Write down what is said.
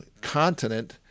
continent